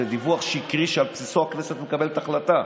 זה דיווח שקרי שעל בסיסו הכנסת מקבלת החלטה.